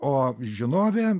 o žinovė